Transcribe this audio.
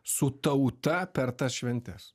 su tauta per tas šventes